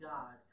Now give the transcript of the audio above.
God